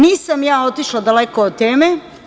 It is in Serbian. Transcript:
Nisam ja otišla daleko od teme.